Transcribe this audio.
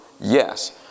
Yes